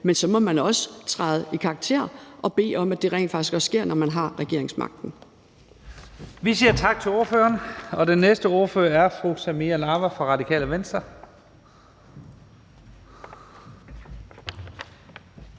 Men så må man også træde i karakter og bede om, at det rent faktisk også sker, når man har regeringsmagten. Kl. 11:57 Første næstformand (Leif Lahn Jensen): Vi siger tak til ordføreren. Og den næste ordfører er fru Samira Nawa fra Radikale Venstre.